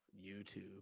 YouTube